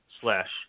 slash